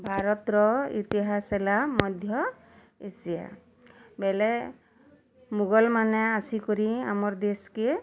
ଭାରତର ଇତିହାସ୍ ହେଲା ମଧ୍ୟ ଏସିଆ ବେଲେ ମୋଗଲ୍ ମାନେ ଆସିକରି ଆମର୍ ଦେଶ୍ କେ